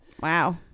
Wow